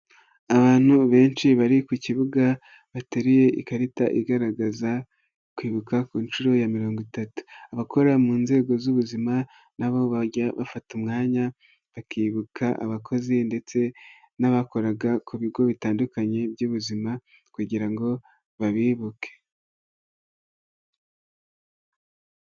Abantu benshi bari ku kibuga bateruye ikarita igaragaza kwibuka ku nshuro ya mirongo itatu, abakora mu nzego z'ubuzima na bo bajya bafata umwanya bakibuka abakozi ndetse n'abakoraga ku bigo bitandukanye by'ubuzima kugira ngo babibuke.